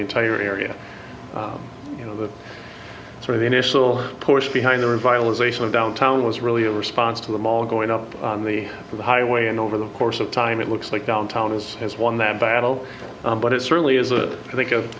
the entire area you know the sort of the initial push behind the revitalization of downtown was really a response to the mall going up on the highway and over the course of time it looks like downtown has has won that battle but it certainly is